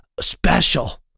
special